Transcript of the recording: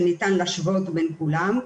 שניתן להשוות בין כולם,